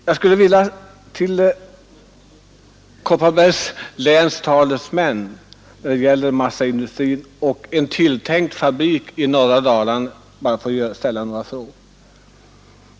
Herr talman! Jag skulle vilja ställa några frågor till talesmännen för en massaindustri och en ny fabrik i Kopparbergs län.